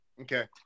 Okay